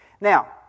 Now